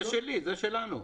זה שלנו.